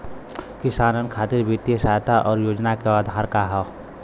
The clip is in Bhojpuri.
किसानन खातिर वित्तीय सहायता और योजना क आधार का ह?